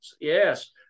Yes